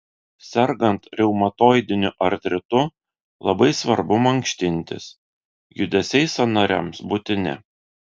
sergant reumatoidiniu artritu labai svarbu mankštintis judesiai sąnariams būtini